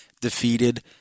defeated